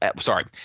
sorry